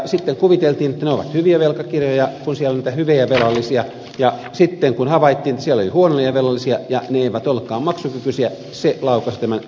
sitten kuviteltiin että ne ovat hyviä velkakirjoja kun siellä on niitä hyviä velallisia ja sitten kun havaittiin että siellä oli huonoja velallisia ja ne eivät olleetkaan maksukykyisiä se laukaisi tämän rahoituskriisin